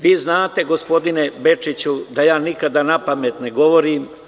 Vi znate, gospodine Bečiću da ja nikada napamet ne govorim.